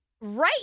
right